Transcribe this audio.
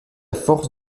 force